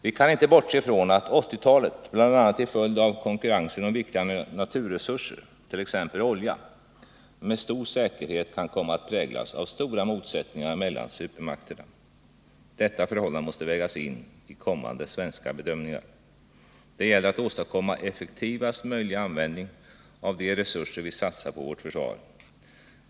Vi kan inte bortse från att 1980-talet — bl.a. till följd av konkurrensen om viktiga naturresurser, t.ex. olja — med stor säkerhet kan komma att präglas av stora motsättningar mellan supermakterna. Detta förhållande måste vägas in i kommande svenska bedömningar. Det gäller att åstadkomma effektivaste möjliga användning av de resurser vi satsar på vårt försvar.